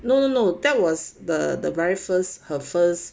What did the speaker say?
no no no that was the the very first her first